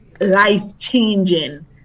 life-changing